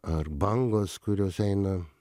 ar bangos kurios eina